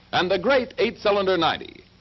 and the great eight cylinder ninety.